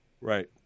Right